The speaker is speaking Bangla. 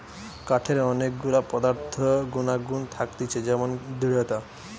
কাঠের অনেক গুলা পদার্থ গুনাগুন থাকতিছে যেমন দৃঢ়তা